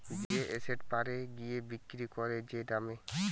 যে এসেট পরে গিয়ে বিক্রি করে যে দামে